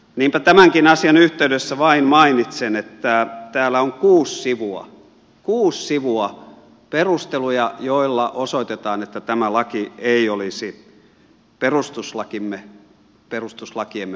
niinpä tämänkin asian yhteydessä vain mainitsen että täällä on kuusi sivua kuusi sivua perusteluja joilla osoitetaan että tämä laki ei olisi perustuslakimme vastainen